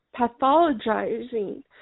pathologizing